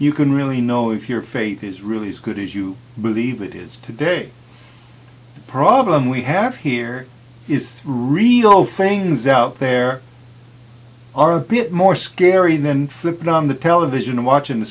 you can really know if your faith is really as good as you believe it is today the problem we have here is real things out there are a bit more scary than flipping on the television watching